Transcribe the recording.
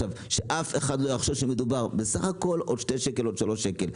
שאף אחד לא יחשוב שמדובר בעוד שני שקל או שלושה שקלים.